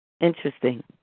Interesting